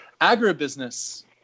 agribusiness